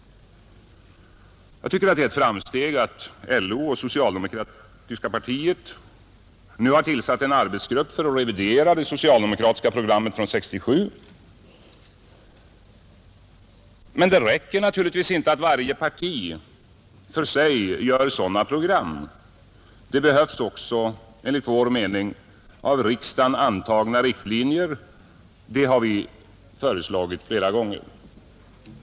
Jag tycker att det är ett framsteg att LO och socialdemokratiska partiet nu har tillsatt en arbetsgrupp för att revidera det socialdemokratiska programmet från 1967, men det räcker naturligtvis inte att varje parti för sig gör sådana program — det behövs också enligt vår mening av riksdagen antagna riktlinjer. Detta har vi föreslagit flera gånger.